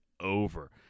over